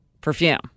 perfume